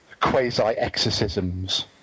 Quasi-exorcisms